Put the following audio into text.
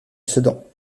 sedan